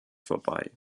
vorbei